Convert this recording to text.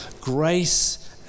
grace